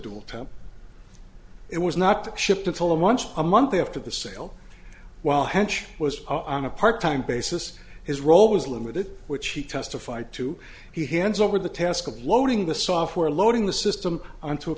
power it was not the ship to tell them once a month after the sale while hench was on a part time basis his role was limited which he testified to he hands over the task of loading the software or loading the system onto a